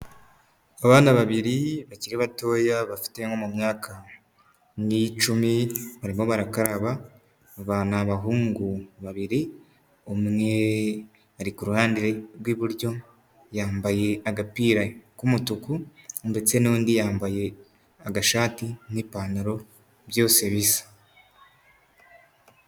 Abana babiri bakiri batoya bafite nko mu myaka nk'icumi barimo barakaraba, aba ni abahungu babiri, umwe ari ku ruhande rw'iburyo, yambaye agapira k'umutuku ndetse n'undi yambaye agashati n'ipantaro byose bisa.